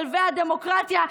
כלבי הדמוקרטיה,